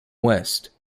west